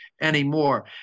anymore